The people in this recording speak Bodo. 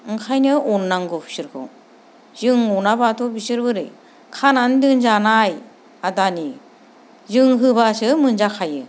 ओंखायनो अननांगौ बिसोरखौ जों अनाब्लाथ' बिसोर बोरै खानानै दोनजानाय आदानि जों होब्लासो मोनजाखायो